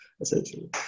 essentially